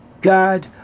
God